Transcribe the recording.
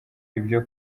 ibyo